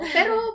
Pero